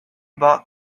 bought